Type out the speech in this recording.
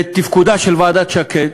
ותפקודה של ועדת שקד,